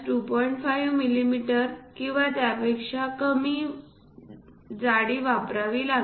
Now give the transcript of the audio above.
5 millimetre किंवा त्यापेक्षा कमी वापरावी लागेल